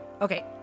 Okay